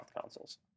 consoles